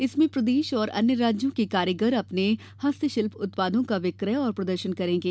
इसमें प्रदेश और अन्य राज्यों के कारीगर अपने हस्तशिल्प उत्पादों का विक्रय और प्रदर्शन करेंगे